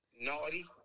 naughty